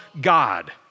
God